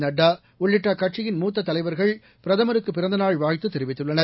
நட்டா உள்ளிட்ட அக்கட்சியின் மூத்த தலைவர்கள் பிரதமருககு பிறந்த நாள் வாழ்த்து தெரிவித்துள்ளனர்